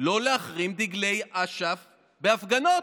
לא להחרים דגלי אש"ף בהפגנות,